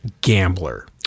Gambler